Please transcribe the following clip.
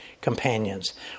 companions